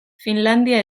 finlandia